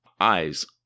eyes